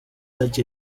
such